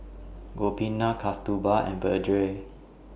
Gopinath Kasturba and Vedre